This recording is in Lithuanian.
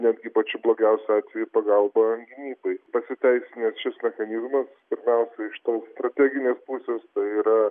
netgi pačiu blogiausiu atveju pagalba gynybai pasiteisinęs šis mechanizmas pirmiausiai iš tos strateginės pusės tai yra